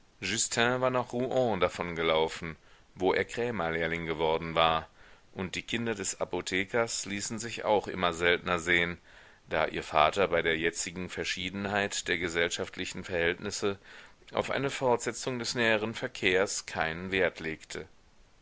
war nach rouen davongelaufen wo er krämerlehrling geworden war und die kinder des apothekers ließen sich auch immer seltner sehen da ihr vater bei der jetzigen verschiedenheit der gesellschaftlichen verhältnisse auf eine fortsetzung des näheren verkehrs keinen wert legte